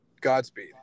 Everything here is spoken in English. Godspeed